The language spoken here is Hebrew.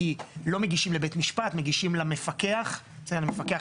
כי לא מגישים לבית משפט אלא מגישים למפקח המקרקעין.